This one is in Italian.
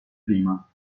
prima